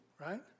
right